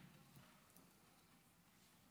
שלוש דקות